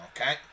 Okay